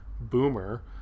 boomer